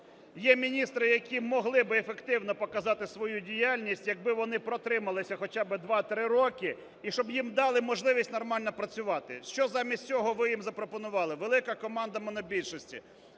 є міністри, які могли би ефективно показати свою діяльність, якби вони протрималися хоча би два-три роки і щоб їм дали можливість нормально працювати. Що замість цього ви їм запропонували, велика команда монобільшості?